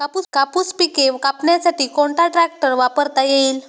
कापूस पिके कापण्यासाठी कोणता ट्रॅक्टर वापरता येईल?